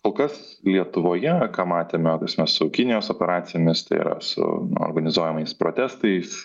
kol kas lietuvoje ką matėme ta prasme su kinijos operacijomis tai yra su organizuojamais protestais